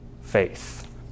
faith